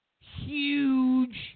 huge